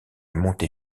montée